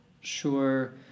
sure